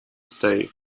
state